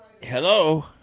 Hello